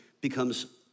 becomes